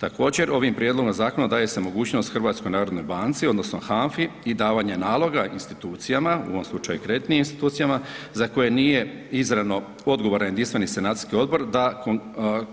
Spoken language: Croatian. Također, ovim prijedlogom zakona daje se mogućnost HNB-u odnosno HANFI i davanje naloga institucijama, u ovom slučaju kreditnim institucijama za koje nije izravno odgovoran jedinstveni sanacijski odbor da